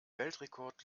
weltrekord